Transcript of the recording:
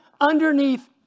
underneath